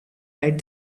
right